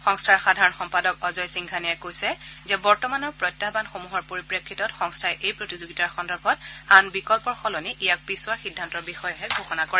সংস্থাৰ সাধাৰণ সম্পাদক অজয় সিংঘানিয়াই কৈছে যে বৰ্তমানৰ প্ৰত্যাহানসমূহৰ পৰিপ্ৰেক্ষিতত সংস্থাই এই প্ৰতিযোগিতাৰ সন্দৰ্ভত আন বিকল্পৰ সলনি ইয়াক পিছুওৱাৰ সিদ্ধান্তৰ বিষয়েহে ঘোষণা কৰে